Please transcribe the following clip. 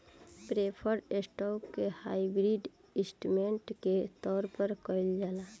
preferred stock के hybrid instrument के तौर पर कइल जाला